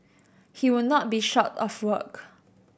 he would not be short of work